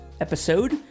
episode